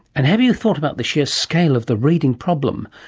and have you thought about the sheer scale of the reading problem?